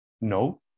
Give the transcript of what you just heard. No